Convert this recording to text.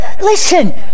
listen